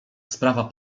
sprawa